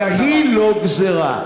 גם היא לא גזירה.